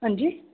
हां जी